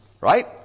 right